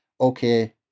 okay